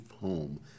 home